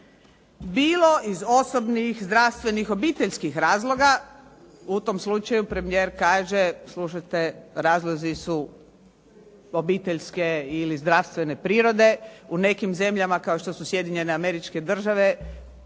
Bilo iz osobnih, zdravstvenih, obiteljskih razloga, u tom slučaju premijer kaže slušajte, razlozi su obiteljske ili zdravstvene prirode. U nekim zemljama kao što su Sjedinjene Američke Države